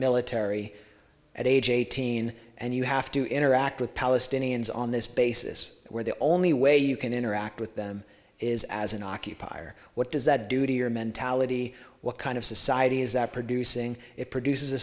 military at age eighteen and you have to interact with palestinians on this basis where the only way you can interact with them is as an occupier what does that do to your mentality what kind of society is that producing it produces a